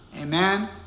Amen